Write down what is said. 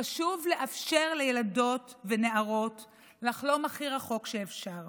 חשוב לאפשר לילדות ונערות לחלום הכי רחוק שאפשר.